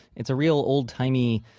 it's a real old-timey,